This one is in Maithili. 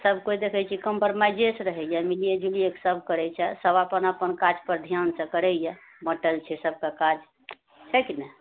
सब कोइ देखै छिऐ कम्परमाइजेसँ रहैए मिलीए जुलिए कऽ सब करैत छै सब अपन अपन काज पर ध्यानसँ करैए बाँटल छै सबकेँ काज छै कि नहि